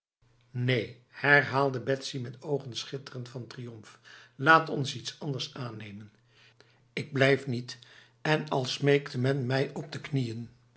neen herhaalde betsy met ogen glinsterend van triomf laat ons iets anders aannemen ik blijf niet en al smeekte men mij op de knieën